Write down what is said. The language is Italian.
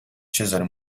cesare